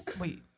wait